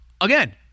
again